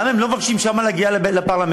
למה הם לא מבקשים שם להגיע לפרלמנט?